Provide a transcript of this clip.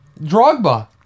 Drogba